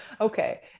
Okay